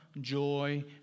joy